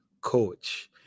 coach